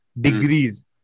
degrees